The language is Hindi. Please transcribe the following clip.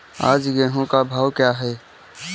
आज गेहूँ का भाव क्या है?